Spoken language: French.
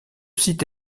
site